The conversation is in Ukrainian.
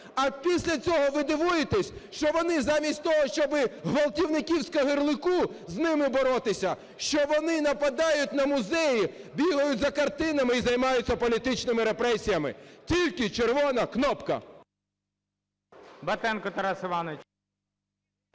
А після цього ви дивуєтесь, що вони замість того, щоб ґвалтівників з Кагарлику, з ними боротися, що вони нападають на музеї, бігають за картинами і займаються політичними репресіями. Тільки червона кнопка.